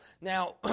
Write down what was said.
now